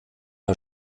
der